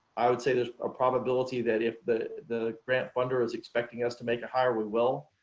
i would say there's a probability that if the the grant funder is expecting us to make a hire we will.